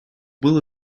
был